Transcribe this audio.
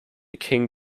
king